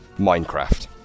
Minecraft